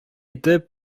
итеп